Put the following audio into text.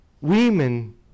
women